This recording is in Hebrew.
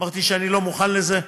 אמרתי שאני לא מוכן לזה,